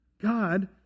God